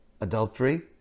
adultery